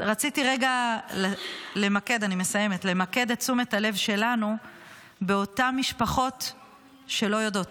רציתי למקד את תשומת הלב שלנו באותן משפחות שלא יודעות.